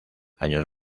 años